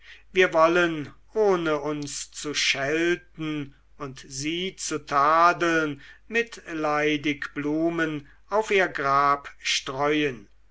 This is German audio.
wir wollen ohne uns zu schelten und sie zu tadeln mitleidig blumen auf ihr grab streuen